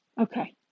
Okay